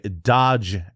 dodge